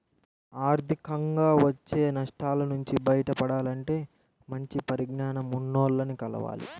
ఆర్థికంగా వచ్చే నష్టాల నుంచి బయటపడాలంటే మంచి పరిజ్ఞానం ఉన్నోల్లని కలవాలి